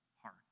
heart